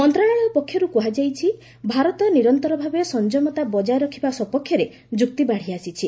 ମନ୍ତ୍ରଣାଳୟ ପକ୍ଷରୁ କୁହାଯାଇଛି ଭାରତ ନିରନ୍ତର ଭାବେ ସଂଯମତା ବଜାୟ ରଖିବା ସପକ୍ଷରେ ଯୁକ୍ତିବାଢ଼ି ଆସିଛି